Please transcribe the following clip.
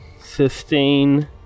sustain